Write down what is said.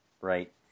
right